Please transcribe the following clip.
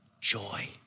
joy